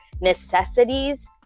necessities